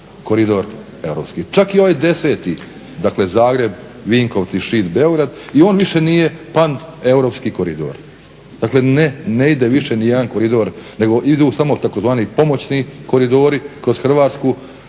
koridor europski, čak i ovaj 10.dakle Zagreb-Vinkovci-Šid-Beograd i on više nije paneuropski koridor, dakle ne ide više nijedan koridor nego idu samo tzv. pomoćni koridori kroz Hrvatsku,